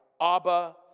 abba